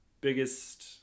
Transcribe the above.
biggest